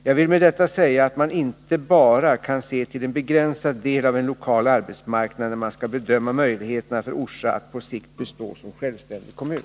Jag vill med detta säga att maninte bara kan se till en begränsad del av en lokal arbetsmarknad när man skall bedöma möjligheterna för Orsa att på sikt bestå som självständig kommun.